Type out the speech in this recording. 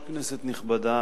כנסת נכבדה,